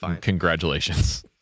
Congratulations